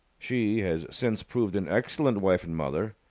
she has since proved an excellent wife and mother,